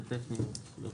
הן טכניות.